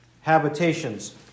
Habitations